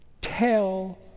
tell